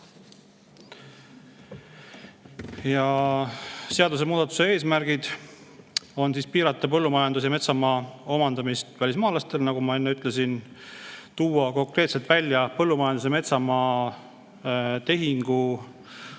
Seadusemuudatuse eesmärk on piirata põllumajandus- ja metsamaa omandamist välismaalastel, nagu ma enne ütlesin, tuua konkreetselt seaduses välja põllumajandus- ja metsamaa tehingu